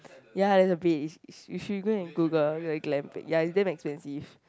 ya it's a bed you you should go and Google the glampling ya it's damn expensive